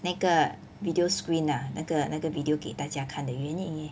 那个 video screen ah 那个那个 video 给大家看的原因